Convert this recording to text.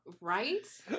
Right